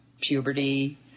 puberty